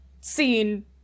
scene